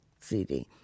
CD